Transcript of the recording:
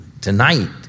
tonight